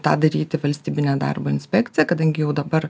tą daryti valstybinė darbo inspekcija kadangi jau dabar